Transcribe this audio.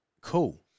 cool